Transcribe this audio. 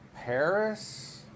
Paris